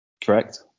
correct